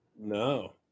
no